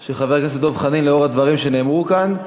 של חבר הכנסת דב חנין לנוכח הדברים שנאמרו כאן,